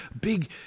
big